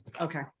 okay